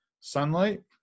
sunlight